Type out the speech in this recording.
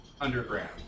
underground